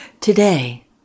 Today